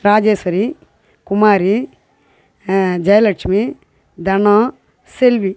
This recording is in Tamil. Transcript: ராஜேஸ்வரி குமாரி ஜெயலட்சுமி தனம் செல்வி